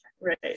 right